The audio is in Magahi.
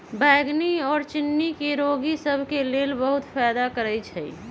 बइगनी ओल चिन्नी के रोगि सभ के लेल बहुते फायदा करै छइ